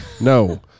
no